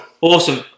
Awesome